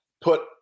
put